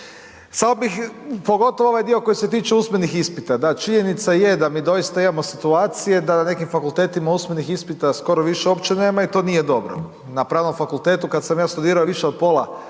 samo bih pogotovo ovaj dio koji se tiče usmenih ispita, da, činjenica je da mi doista imamo situacije da na nekim fakultetima usmenih ispita skoro više uopće nema i to nije dobro. Na Pravnom fakultetu kad sam ja studirao, više od pola